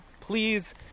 please